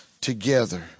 together